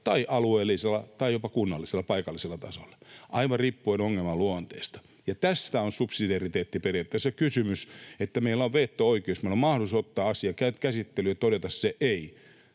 tai alueellisella tai jopa kunnallisella, paikallisella tasolla, riippuu aivan ongelman luonteesta. Ja tästä on subsidiariteettiperiaatteessa kysymys: että meillä on veto-oikeus. Meillä on mahdollisuus ottaa asia käsittelyyn ja, jos siltä